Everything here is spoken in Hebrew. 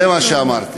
זה מה שאמרתי.